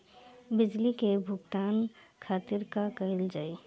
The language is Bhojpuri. बिजली के भुगतान खातिर का कइल जाइ?